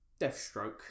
Deathstroke